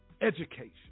Education